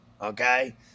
okay